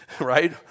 right